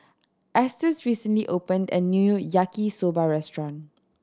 Estes recently opened a new Yaki Soba restaurant